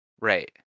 Right